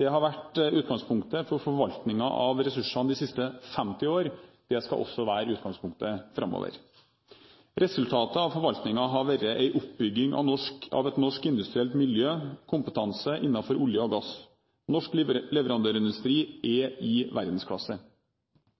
Det har vært utgangspunktet for forvaltningen av ressursene de siste 50 år. Det skal også være utgangspunktet framover. Resultatet av forvaltningen har vært en oppbygging av et norsk industrielt miljø – kompetanse innenfor olje og gass. Norsk leverandørindustri er i verdensklasse.